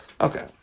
Okay